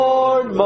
Lord